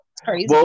Crazy